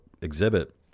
exhibit